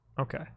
Okay